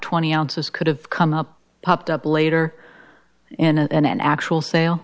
twenty ounces could have come up popped up later and an actual sale